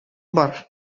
бар